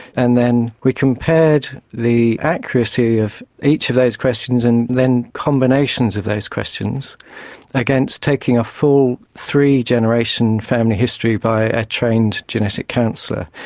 and then we compared the accuracy of each of those questions and then combinations of those questions against taking a full three-generation family history by a trained genetic counsellor.